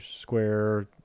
square